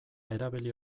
erabili